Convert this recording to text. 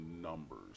numbers